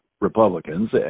Republicans